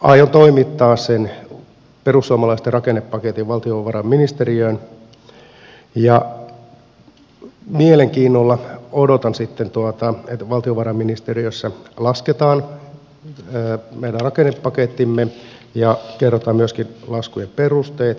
aion toimittaa sen perussuomalaisten rakennepaketin valtiovarainministeriöön ja mielenkiinnolla odotan sitten että valtiovarainministeriössä lasketaan meidän rakennepakettimme ja kerrotaan myöskin laskujen perusteet